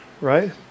right